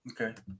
Okay